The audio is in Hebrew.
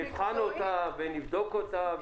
נבחן אותה ונבדוק אותה.